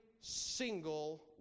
single